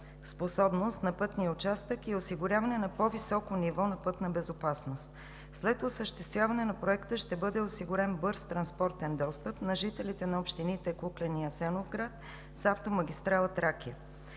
способност на пътния участък и осигуряване на по-високо ниво на пътна безопасност. След осъществяване на Проекта ще бъде осигурен бърз транспортен достъп на жителите на общините Куклен и Асеновград с автомагистрала „Тракия“.